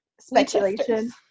speculation